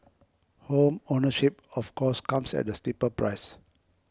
home ownership of course comes at a steeper price